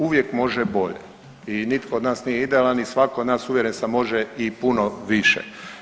Uvijek može bolje i nitko od nas nije idealan i svatko od nas, uvjeren sam, može i puno više.